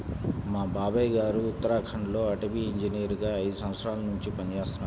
మా బాబాయ్ గారు ఉత్తరాఖండ్ లో అటవీ ఇంజనీరుగా ఐదు సంవత్సరాల్నుంచి పనిజేత్తన్నారు